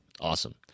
awesome